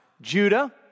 Judah